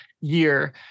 year